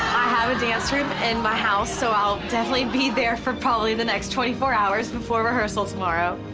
i have a dance room in my house, so i'll definitely be there for probably the next twenty four hours before rehearsal tomorrow.